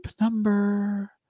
number